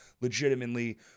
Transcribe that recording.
legitimately